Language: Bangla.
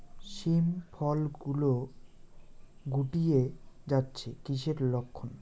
শিম ফল গুলো গুটিয়ে যাচ্ছে কিসের লক্ষন?